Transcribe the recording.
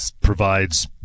provides